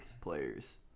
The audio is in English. players